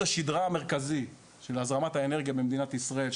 השדרה המרכזי של הזרמת האנרגיה במדינת ישראל,